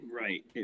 right